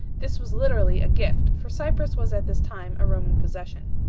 this was literally a gift, for cyprus was at this time a roman possession.